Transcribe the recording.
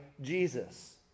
Jesus